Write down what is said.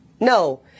No